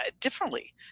differently